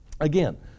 Again